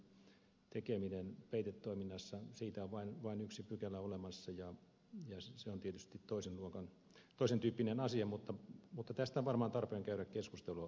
vähäisen rikkomuksen tekemisestä peitetoiminnassa on vain yksi pykälä olemassa ja se on tietysti toisen tyyppinen asia mutta tästä on varmaan tarpeen käydä keskustelua vielä